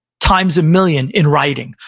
times a million, in writing.